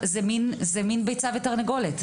זה מן ביצה ותרנגולת,